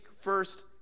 first